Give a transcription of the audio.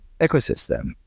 ecosystem